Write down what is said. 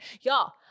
Y'all